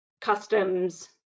customs